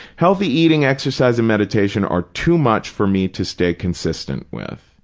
healthy eating, exercise and meditation are too much for me to stay consistent with.